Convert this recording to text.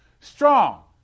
strong